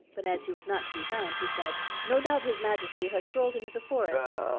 but as he was not to be found, he said no doubt his majesty has strolled into the forest,